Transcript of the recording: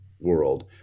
world